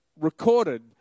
recorded